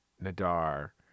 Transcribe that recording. Nadar